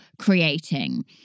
creating